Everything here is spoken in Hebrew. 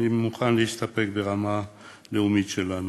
אני מוכן להסתפק ברמה הלאומית שלנו.